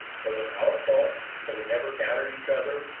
was it our fault that we never doubted each other,